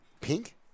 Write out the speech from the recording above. Pink